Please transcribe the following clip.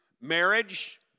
marriage